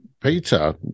Peter